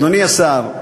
אדוני השר,